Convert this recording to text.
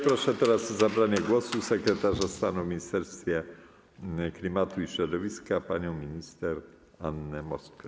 Proszę teraz o zabranie głosu sekretarza stanu w Ministerstwie Klimatu i Środowiska panią minister Annę Moskwę.